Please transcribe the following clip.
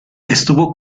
estuvo